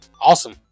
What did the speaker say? Awesome